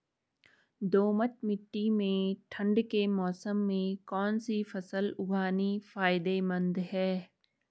दोमट्ट मिट्टी में ठंड के मौसम में कौन सी फसल उगानी फायदेमंद है?